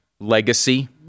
legacy